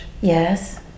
Yes